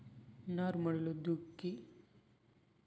నారుమడిలో దుక్కి ఎడ్ల మడక లో మంచిదా, టాక్టర్ లో దున్నితే మంచిదా?